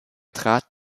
trat